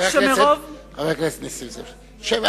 חבר הכנסת נסים זאב, שב.